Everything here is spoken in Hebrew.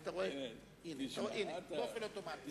הנה, באופן אוטומטי.